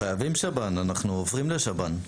חייבים שב"ן, אנחנו עוברים לשב"ן.